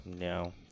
no